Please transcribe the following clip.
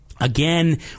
Again